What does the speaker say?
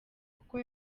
kuko